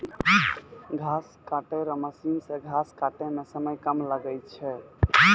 घास काटै रो मशीन से घास काटै मे समय कम लागै छै